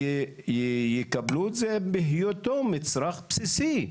שיקבלו את זה בהיותו מצרך בסיסי.